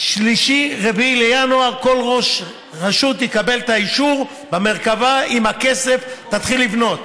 ב-4-3 בינואר כל ראש רשות יקבל את האישור במרכב"ה עם הכסף: תתחיל לבנות.